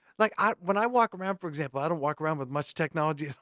like ah when i walk around, for example, i don't walk around with much technology.